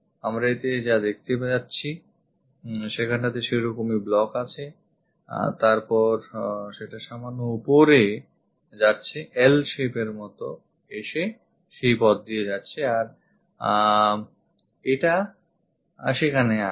আমরা এতে যা দেখতে যাচ্ছি সেখানটাতে সেরকমই block আছে তারপর সেটা সামান্য ওপরে যাচ্ছে L shape এর মত এসে সেই পথ দিয়ে যাচ্ছে আর এটা সেখানে আসছে